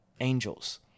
angels